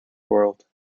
world